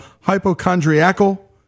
hypochondriacal